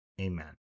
Amen